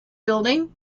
building